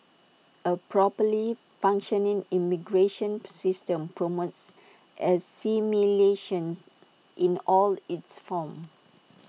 A properly functioning immigration system promotes assimilations in all its forms